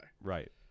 Right